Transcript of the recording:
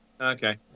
Okay